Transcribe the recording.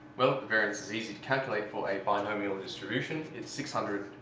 well, the variance is easy to calculate for a binomial distribution it's six hundred